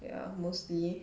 ya mostly